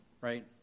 Right